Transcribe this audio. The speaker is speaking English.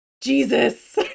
Jesus